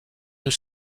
nous